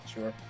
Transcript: Sure